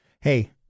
hey